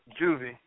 juvie